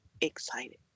excited